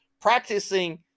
practicing